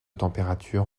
températures